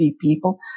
people